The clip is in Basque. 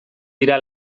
dira